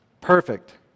Perfect